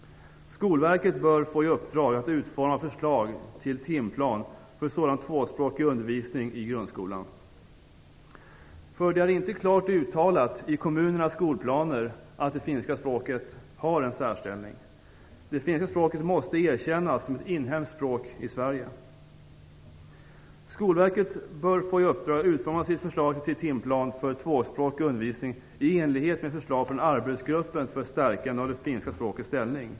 Skolverket bör få i uppdrag att utforma förslag till timplan för sådan tvåspråkig undervisning i grundskolan. Det är nämligen inte klart uttalat i kommunernas skolplaner att det finska språket har en särställning. Det finska språket måste erkännas som ett inhemskt språk i Sverige. Skolverket bör få i uppdrag att utforma sitt förslag till timplan för tvåspråkig undervisning i enlighet med förslag från arbetsgruppen för stärkande av det finska språkets ställning.